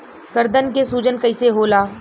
गर्दन के सूजन कईसे होला?